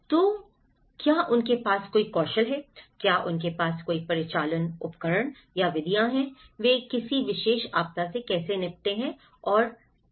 तो क्या उनके पास कोई कौशल है क्या उनके पास कोई परिचालन उपकरण या विधियां हैं वे किसी विशेष आपदा से कैसे निपटते हैं और कैसे निपटते हैं